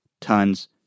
tons